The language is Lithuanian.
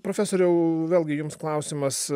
profesoriau vėlgi jums klausimas